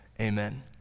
amen